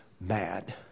mad